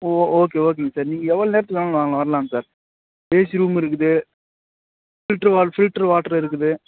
ஓ okay ஓகேங்க sir நீங்கள் எவ்வளோ நேரத்துலேனாலும் வாங்க வர்லாங்க சார் ஏசி ரூம் இருக்குது ஹீட்ரு ஹீட்ரு வாட்ரு இருக்குது